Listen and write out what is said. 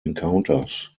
encounters